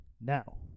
Now